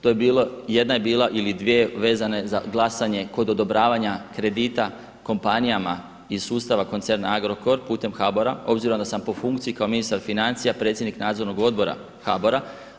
To je bilo, jedna je bila ili dvije vezane za glasanje kod odobravanja kredita kompanijama iz sustava koncerna Agrokor putem HBOR-a obzirom da sam po funkciji kao ministar financija predsjednik Nadzornog odbora HBOR-a.